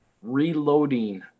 reloading